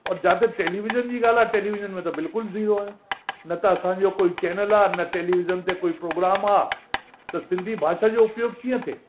ऐं जाते टेलीविज़न जी ॻाल्हि आहे टेलीविज़न में त बिल्कुलु ज़ीरो आहे न त असांजो कोई चैनल आहे न टेलीविज़न ते कोई प्रोग्राम आहे त सिंधी भाषा जो उपयोगु कीअं थिए